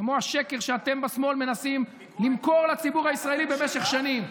כמו השקר שאתם בשמאל מנסים למכור לציבור הישראלי במשך שנים.